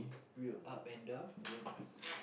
will up and down